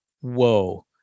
whoa